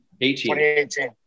2018